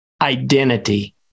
identity